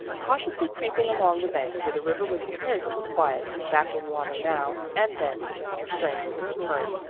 cautiously creeping along the bank where the river was comparatively quiet, backing water now and then to test her strength with the current,